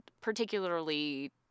Particularly